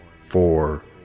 four